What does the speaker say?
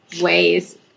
ways